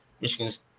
Michigan's